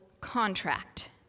Contract